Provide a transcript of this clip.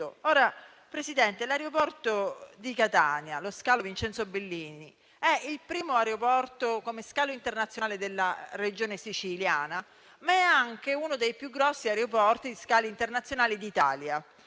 Presidente, l'aeroporto di Catania, Vincenzo Bellini, è il primo scalo internazionale della Regione Siciliana, ma è anche uno dei più grandi aeroporti e scali internazionali d'Italia.